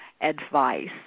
advice